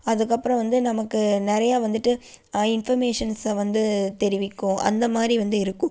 அதுக்கப்புறம் வந்து நமக்கு நிறையா வந்துட்டு இன்ஃபர்மேஷன்ஸை வந்து தெரிவிக்கும் அந்தமாதைரி வந்து இருக்கும்